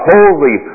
Holy